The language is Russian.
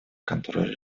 контроле